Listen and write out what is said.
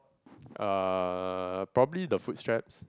uh probably the foot straps